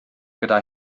gyda